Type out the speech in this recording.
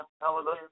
Hallelujah